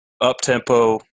up-tempo